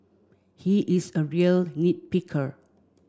he is a real nit picker